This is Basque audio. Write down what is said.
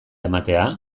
ematea